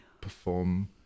perform